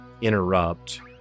interrupt